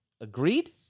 Agreed